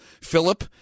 Philip